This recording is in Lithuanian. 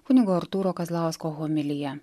kunigo artūro kazlausko homilija